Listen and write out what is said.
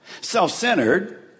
self-centered